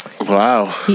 Wow